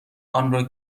آنرا